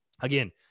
Again